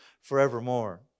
forevermore